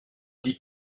die